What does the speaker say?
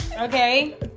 Okay